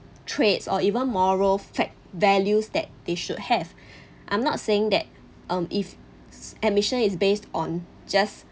traits or even moral fact values that they should have I'm not saying that um if is admission is based on just